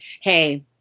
hey